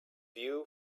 view